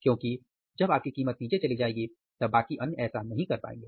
क्योंकि जब आपकी कीमत नीचे चली जाएगी तब बाकी अन्य ऐसा नहीं कर पाएंगे